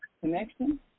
connection